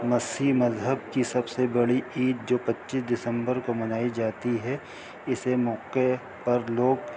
مسی مذہب کی سب سے بڑی عید جو پچیس دسمبر کو منائی جاتی ہے اسے موقعے پر لوگ